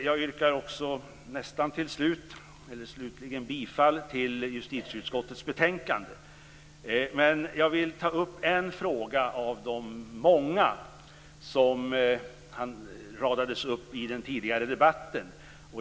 Jag yrkar bifall till justitieutskottets hemställan i betänkandet. Jag skall också ta upp en fråga av de många som radades upp i den tidigare debatten.